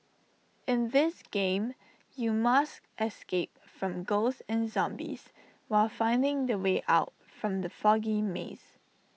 in this game you must escape from ghosts and zombies while finding the way out from the foggy maze